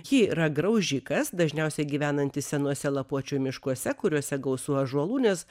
ji yra graužikas dažniausiai gyvenantis senuose lapuočių miškuose kuriuose gausu ąžuolų nes